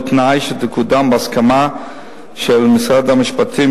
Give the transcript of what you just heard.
בתנאי שתקודם בהסכמה של משרד המשפטים,